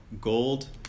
Gold